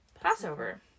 Passover